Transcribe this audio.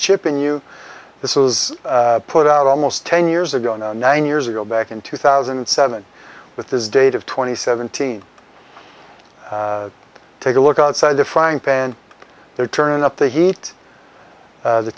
chip in you this is put out almost ten years ago nine years ago back in two thousand and seven with his date of twenty seventeen take a look outside the frying pan they're turning up the heat the